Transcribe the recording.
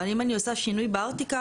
אבל אם אני עושה שינוי בארטיקל,